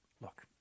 Look